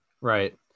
Right